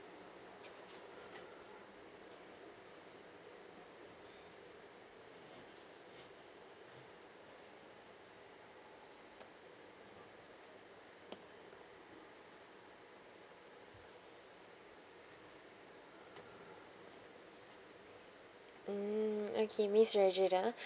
mm okay miss regina